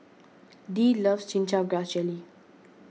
Dee loves Chin Chow Grass Jelly